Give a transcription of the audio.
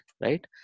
right